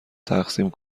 تقسیم